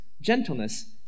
gentleness